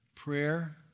Prayer